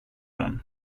den